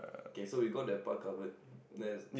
okay so we got that part covered and there's